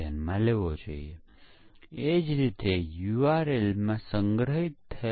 અને આ ભૂલો કે જે પ્રોગ્રામર કરે છે બગના સ્રોત શું છે